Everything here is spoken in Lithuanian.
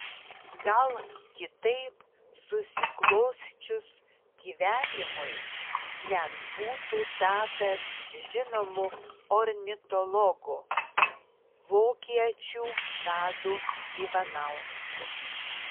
gal kitaip susiklosčius gyvenimui net būtų tapęs žinomu ornitologu vokiečių tadu ivanausku